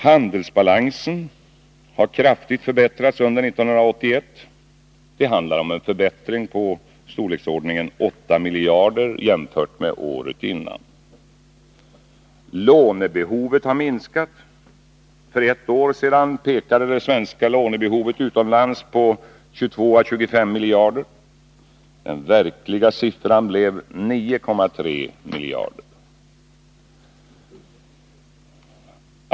Handelsbalansen har kraftigt förbättrats under 1981. Det handlar om en förbättring på ca 8 miljarder jämfört med året innan. Lånebehovet har minskat. För ett år sedan pekade det svenska lånebehovet utomlands på 22-25 miljarder. Den verkliga siffran blev 9,3 miljarder.